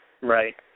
Right